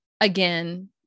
again